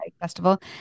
festival